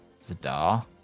Zadar